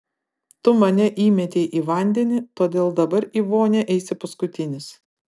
tu mane įmetei į vandenį todėl dabar į vonią eisi paskutinis